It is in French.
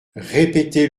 répétez